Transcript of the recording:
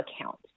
Account